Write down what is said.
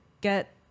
get